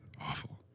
awful